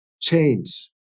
change